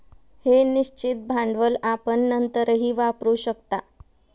हे निश्चित भांडवल आपण नंतरही वापरू शकता